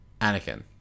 Anakin